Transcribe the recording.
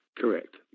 Correct